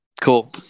Cool